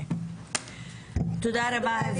תודה רבה.